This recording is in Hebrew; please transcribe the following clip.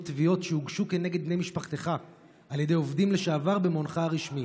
תביעות שהוגשו כנגד בני משפחתך על ידי עובדים לשעבר במעונך הרשמי,